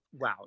Wow